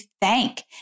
thank